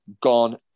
gone